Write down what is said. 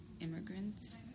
immigrants